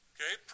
Okay